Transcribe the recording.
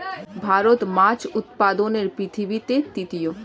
ভারত মাছ উৎপাদনে পৃথিবীতে তৃতীয়